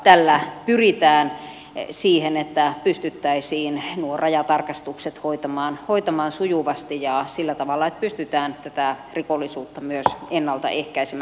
tällä pyritään siihen että pystyttäisiin nuo rajatarkastukset hoitamaan sujuvasti ja sillä tavalla että pystytään tätä rikollisuutta myös ennaltaehkäisemään